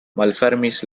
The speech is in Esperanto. malfermis